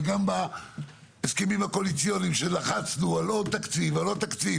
וגם בהסכמים הקואליציוניים שלחצנו על עוד תקציב ועוד תקציב,